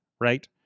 right